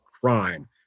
crime